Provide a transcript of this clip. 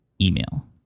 email